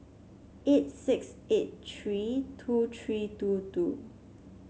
eight six eight three two three two two